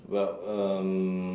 well um